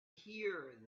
here